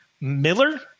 Miller